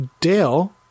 Dale